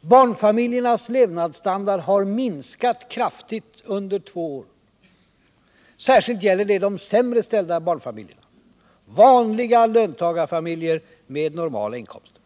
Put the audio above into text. Barnfamiljernas levnadsstandard har sjunkit kraftigt under två år. Särskilt gäller det de sämre ställda barnfamiljerna, vanliga löntagarfamiljer med normala inkomster.